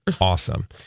Awesome